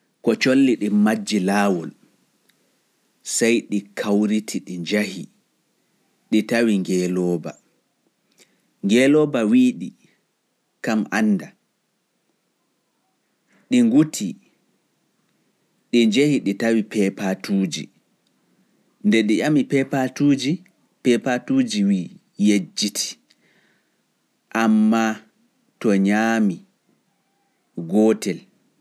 Ko colli ɗin majji laawol sai ɗi kawriti ɗi njahi ɗi ƴami ngelooba, wi ɗi kam anda, ɗi njahi ɗi ƴami pepatuuji wi yejjiti amma to nyaami solel gotel anditai.